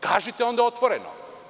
Kažite onda otvoreno.